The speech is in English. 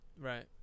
right